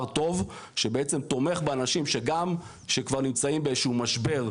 טוב שבעצם תומך באנשים שגם נמצאים באיזה שהוא משבר,